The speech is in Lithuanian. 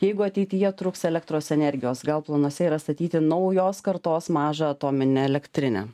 jeigu ateityje trūks elektros energijos gal planuose yra statyti naujos kartos mažą atominę elektrinę